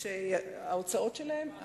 ההוצאות שלהם?